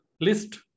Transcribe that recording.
list